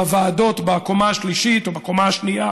בוועדות בקומה השלישית או בקומה השנייה,